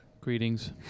Greetings